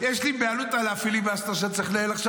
יש לי בעלות על הפיליבסטר שצריך לנהל עכשיו.